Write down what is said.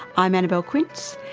i'm annabelle quince,